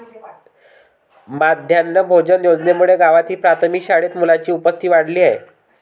माध्यान्ह भोजन योजनेमुळे गावातील प्राथमिक शाळेत मुलांची उपस्थिती वाढली आहे